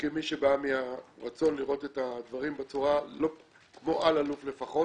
כמי שבא מהרצון לראות את הדברים כמו חברי אלאלוף לפחות,